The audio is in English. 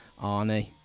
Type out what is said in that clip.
Arnie